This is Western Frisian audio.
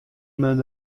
men